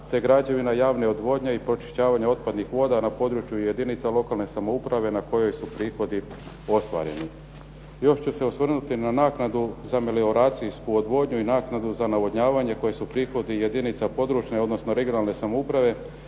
te građevina javne odvodnje i pročišćavanje otpadnih voda na području jedinica lokalne samouprave na kojoj su prihodi ostvareni. Još ću se osvrnuti na naknadu za melioracijsku odvodnju i naknadu za navodnjavanje koje su prihodi jedinica područne, odnosno regionalne samouprave